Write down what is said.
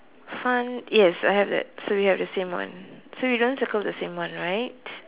fun yes I have that so we have the same one so we don't circle the same one right